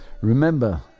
remember